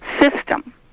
system